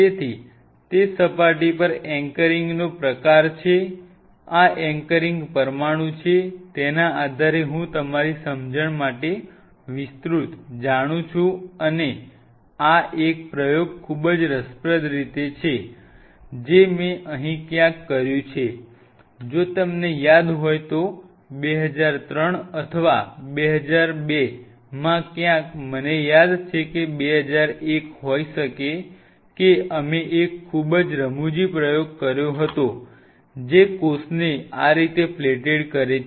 તેથી તે સપાટી પર એન્કરિંગનો પ્રકાર છે આ એન્કરિંગ પરમાણુઓ છે તેના આધારે હું તમારી સમજણ માટે વિસ્તૃત જાણું છું અને આ એક પ્રયોગ ખૂબ જ રસપ્રદ રીતે છે જે મેં અહીં ક્યાંક કર્યું છે જો તમને યાદ હોય તો 2003 અથવા 2002 માં ક્યાંક મને યાદ છે કે 2001 હોઈ શકે છે કે અમે એક ખૂબ જ રમુજી પ્રયોગ કર્યો હતો જે કોષને આ રીતે પ્લેટેડ કરે છે